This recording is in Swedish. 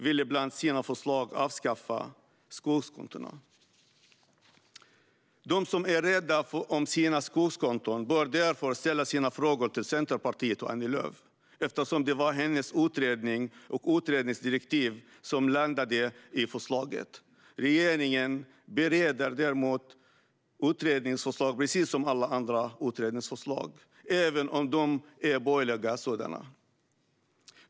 Ett av dess förslag var att avskaffa skogskontona. De som är rädda om sina skogskonton bör därför ställa sina frågor till Centerpartiet och Annie Lööf, eftersom det var hennes utredning och utredningsdirektiv som landade i förslaget. Regeringen bereder däremot utredningens förslag, precis som alla andra utredningsförslag, även om de är borgerliga sådana.